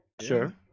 Sure